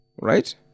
Right